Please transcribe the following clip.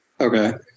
okay